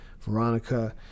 Veronica